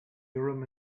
urim